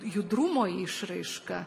judrumo išraiška